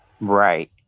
right